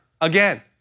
again